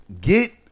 get